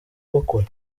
bakora